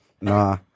Nah